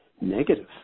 negative